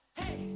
Hey